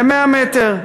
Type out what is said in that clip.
ל-100 מ"ר,